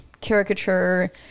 caricature